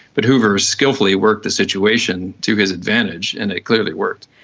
but hoover skilfully worked the situation to his advantage, and it clearly worked.